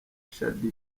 shaddy